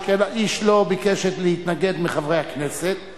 שכן איש מבין חברי הכנסת לא התנגד.